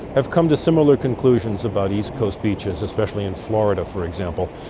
have come to similar conclusions about east coast beaches, especially in florida for example,